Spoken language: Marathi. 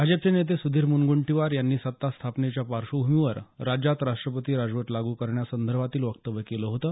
भाजपचे नेते सुधीर मुंनगंटीवार यांनी सत्ता स्थापनेच्या पार्श्वभुमीवर राज्यात राष्ट्रपती राजवट लागू करण्यासंदर्भातील वक्तव्य़ केलं होतं